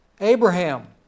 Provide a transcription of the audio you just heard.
Abraham